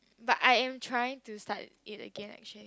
but I am trying to start it again actually